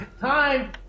Time